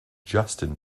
justin